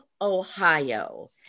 Ohio